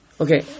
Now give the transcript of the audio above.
Okay